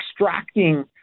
extracting